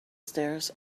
stairs